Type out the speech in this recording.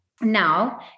now